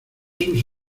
sus